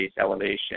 elevation